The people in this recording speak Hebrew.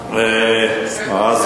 Final